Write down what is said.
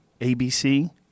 ABC